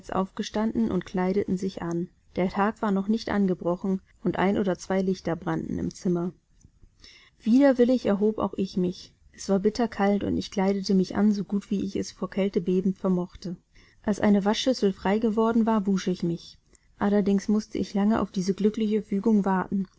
aufgestanden und kleideten sich an der tag war noch nicht angebrochen und ein oder zwei lichter brannten im zimmer widerwillig erhob auch ich mich es war bitter kalt und ich kleidete mich an so gut wie ich es vor kälte bebend vermochte als eine waschschüssel frei geworden war wusch ich mich allerdings mußte ich lange auf diese glückliche fügung warten